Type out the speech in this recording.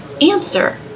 Answer